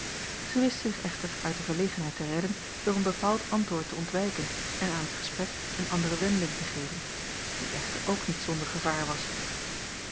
zij wist zich echter uit de verlegenheid te redden door een bepaald antwoord te ontwijken en aan het gesprek een andere wending te geven die echter ook niet zonder gevaar was